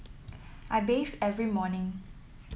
I bathe every morning